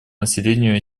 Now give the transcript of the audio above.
населению